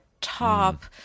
top –